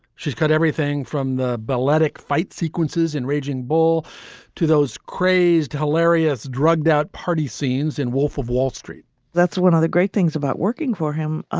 she's got everything from the balletic fight sequences in raging bull to those crazed, hilarious, drugged out party scenes in wolf of wall street that's one of the great things about working for him,